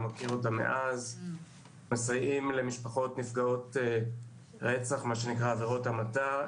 אנחנו מסייעים למשפחות נפגעות עבירות המתה,